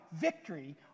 victory